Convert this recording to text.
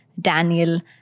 Daniel